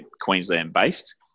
Queensland-based